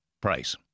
Price